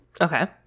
Okay